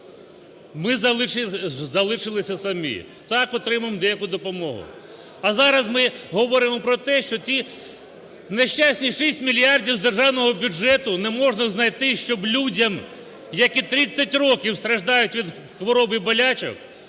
Ми залишилися самі. Так, отримуємо деяку допомогу. А зараз ми говоримо про те, що ці нещасні 6 мільярдів з державного бюджету не можна знайти, щоб людям, які 30 років страждають від хвороб і болячок,